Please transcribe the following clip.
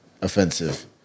offensive